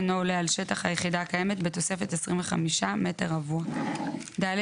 אינו עולה על שטח היחידה הקיימת בתוספת 25 מ"ר"; (ד)במקום